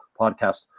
podcast